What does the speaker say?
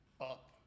up